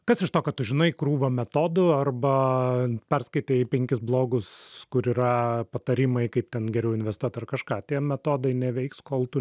kas iš to kad tu žinai krūvą metodų arba perskaitai penkis blogus kur yra patarimai kaip ten geriau investuot ar kažką tie metodai neveiks kol tu